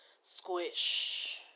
Squish